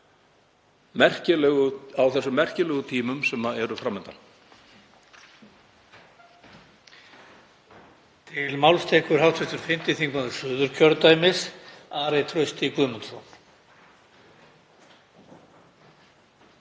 á þeim merkilegu tímum sem eru fram undan.